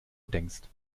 denkst